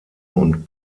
und